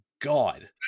god